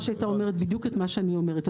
שהיא הייתה אומרת בדיוק את מה שאני אומרת.